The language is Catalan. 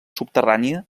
subterrània